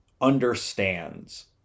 understands